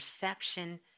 perception